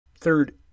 Third